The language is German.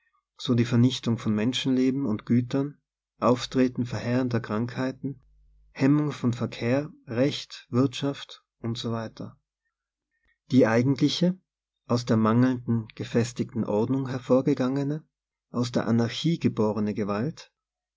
so die ver nichtung von menschenleben und gütern auftreten verheerender krankheiten hemmung von verkehr recht wirtschaft usw die eigentliche aus der mangelnden gefestigten ordnung hervorgegangene aus der anarchie geborene gewalt